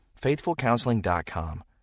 FaithfulCounseling.com